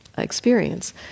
experience